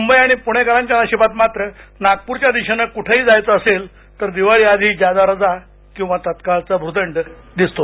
मुंबई आणि पुणेकरांच्या नशिबात मात्र नागपुरच्या दिशेनं कुठेही जायचं असेल तर दिवाळी आधी जादा रजा किंवा तत्काळचा भुर्दंड दिसतो